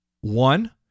One